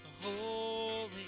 Holy